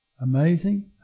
Amazing